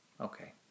Okay